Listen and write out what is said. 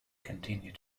continue